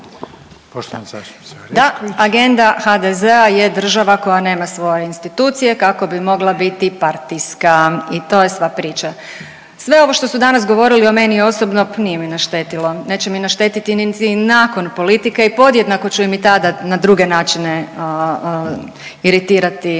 agenda HDZ-a je država koja nema svoje institucije kako bi mogla biti partijska i to je sva priča. Sve ovo što su danas govorili o meni osobno nije mi naštetilo, neće mi naštetiti niti nakon politike i podjednako ću im i tada na druge načine iritirati